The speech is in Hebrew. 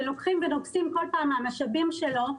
שנוגסים כל פעם מהמשאבים שלו,